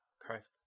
Christ